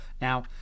Now